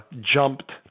jumped